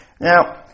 Now